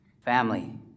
family